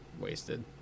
wasted